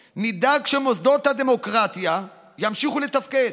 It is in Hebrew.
מדבריו: "נדאג שמוסדות הדמוקרטיה ימשיכו לתפקד.